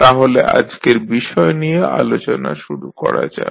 তাহলে আজকের বিষয় নিয়ে আলোচনা শুরু করা যাক